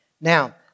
Now